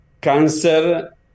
cancer